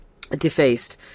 defaced